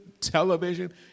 television